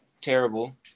terrible